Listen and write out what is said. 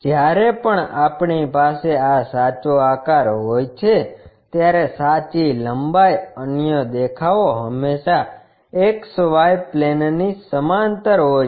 જ્યારે પણ આપણી પાસે આ સાચો આકાર હોય છે ત્યારે સાચી લંબાઈ અન્ય દેખાવો હંમેશાં XY પ્લેનની સમાંતર હોય છે